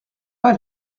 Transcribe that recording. pas